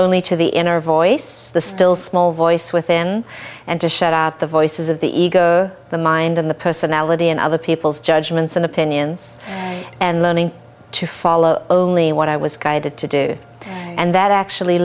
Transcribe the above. only to the inner voice the still small voice within and to shut out the voices of the ego the mind and the personality and other people's judgments and opinions and learning to follow only what i was guided to do and that actually